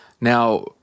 Now